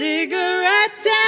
Cigarettes